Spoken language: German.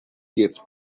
gift